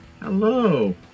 Hello